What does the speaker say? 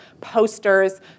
posters